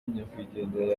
nyakwigendera